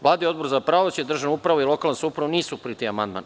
Vlada i Odbor za pravosuđe, državnu upravu i lokalnu samoupravu nisu prihvatili amandman.